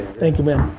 thank you man.